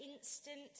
instant